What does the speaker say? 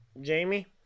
Jamie